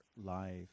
life